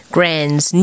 Grand's